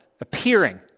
appearing